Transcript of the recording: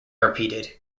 repeated